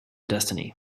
destiny